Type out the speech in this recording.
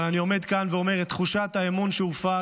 אבל אני עומד כאן ואומר: את תחושת האמון שהופר